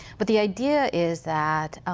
but the idea is that